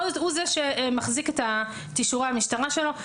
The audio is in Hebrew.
זאת הוא זה שמחזיק את אישורי המשטרה שלו.